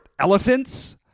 elephants